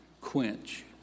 quench